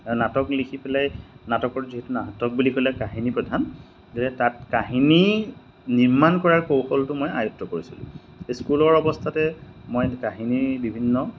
নাটক লিখি পেলাই নাটকৰ যিহেতু নাটক বুলি ক'লে কাহিনী প্ৰধান গতিকে তাত কাহিনী নিৰ্মাণ কৰাৰ কৌশলটো মই আয়ত্ব কৰিছিলোঁ স্কুলৰ অৱস্থাতে মই কাহিনীৰ বিভিন্ন